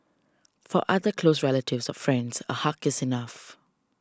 for other close relatives or friends a hug is enough